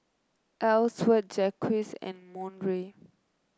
Elsworth Jacques and Monroe